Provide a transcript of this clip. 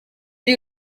uri